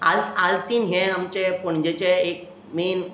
आल आल्तीन हें आमचें पणजेचें